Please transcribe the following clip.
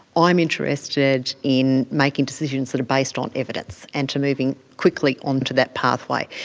i'm interested in making decisions that are based on evidence and to moving quickly onto that pathway.